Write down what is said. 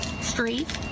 street